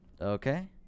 Okay